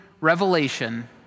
revelation